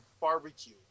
barbecue